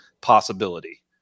possibility